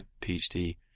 PhD